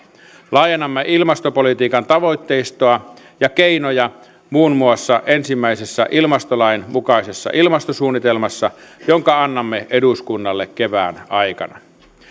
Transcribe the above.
laajennamme ilmastopolitiikan tavoitteistoa ja keinoja muun muassa ensimmäisessä ilmastolain mukaisessa ilmastosuunnitelmassa jonka annamme eduskunnalle kevään aikana